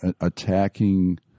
attacking